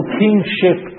kingship